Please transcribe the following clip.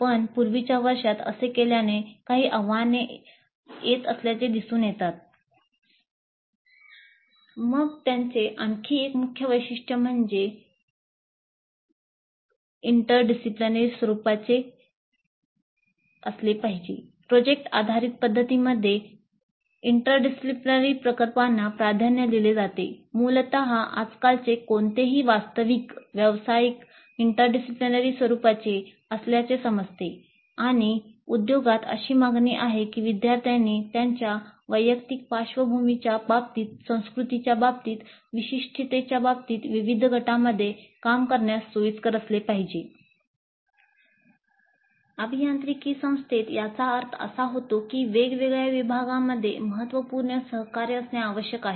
पण पूर्वीच्या वर्षांत असे केल्याने काही आव्हाने येत असल्याचे दिसून येतात मग त्याचे आणखी एक मुख्य वैशिष्ट्य म्हणजे ते काम इंटरडिसीप्लीनरी स्वरुपाचे असल्याचे समजते आणि उद्योगात अशी मागणी आहे की विद्यार्थ्यांनी त्यांच्या वैयक्तिक पार्श्वभूमीच्या बाबतीत संस्कृतीच्या बाबतीत विशिष्टतेच्या बाबतीत विविध गटांमध्ये काम करण्यास सोयीस्कर असले पाहिजे तर विद्यार्थ्याना अनुकुलता आणि समग्र विचारांनी डिसिप्लिनरी बाऊंड्रीजना स्वरूपात आसतात आणि दिलेला प्रकल्प हा विद्यार्थ्याना समान संदर्भात काम करण्याची संधी असली पाहिजे अभियांत्रिकी संस्थेत याचा अर्थ असा होतो की वेगवेगळ्या विभागांमध्ये महत्त्वपूर्ण सहकार्य असणे आवश्यक आहे